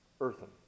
earthen